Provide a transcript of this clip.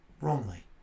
wrongly